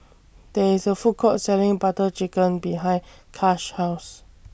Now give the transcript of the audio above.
There IS A Food Court Selling Butter Chicken behind Kash's House